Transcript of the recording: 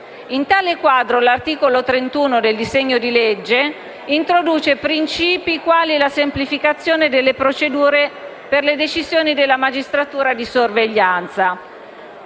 In tale quadro, l'articolo 31 del disegno di legge in esame introduce principi quali la semplificazione delle procedure per le decisioni della magistratura di sorveglianza,